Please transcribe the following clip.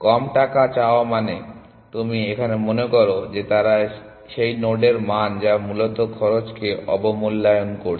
কম টাকা চাওয়া মানে তুমি এখানে মনে করো যে তারা সেই নোডের মান যা মূলত খরচকে অবমূল্যায়ন করছে